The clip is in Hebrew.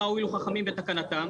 מה הועילו חכמים בתקנתם?